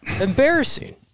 Embarrassing